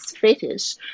fetish